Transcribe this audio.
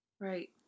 Right